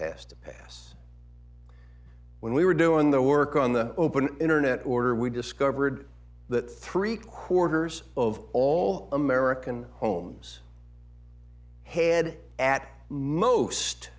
has to pass when we were doing the work on the open internet order we discovered that three quarters of all american homes head at most